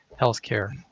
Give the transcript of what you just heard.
healthcare